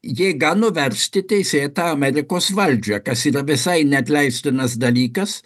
jėga nuversti teisėtą amerikos valdžią kas yra visai neatleistinas dalykas